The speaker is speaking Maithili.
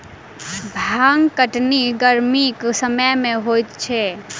भांग कटनी गरमीक समय मे होइत छै